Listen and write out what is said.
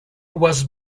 was